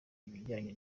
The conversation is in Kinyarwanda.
ibijyanye